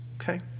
Okay